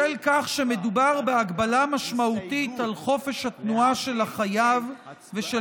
בשל כך שמדובר בהגבלה משמעותית על חופש התנועה של החייב ושל